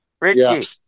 Richie